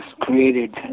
created